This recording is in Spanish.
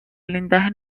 blindaje